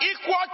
equal